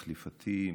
מחליפתי,